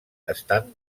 estan